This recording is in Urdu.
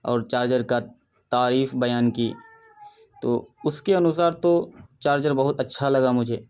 اور چارجر کا تعریف بیان کی تو اس کے انوسار تو چارجر بہت اچھا لگا مجھے